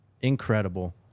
Incredible